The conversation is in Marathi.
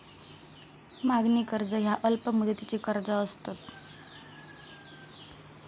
मागणी कर्ज ह्या अल्प मुदतीची कर्जा असतत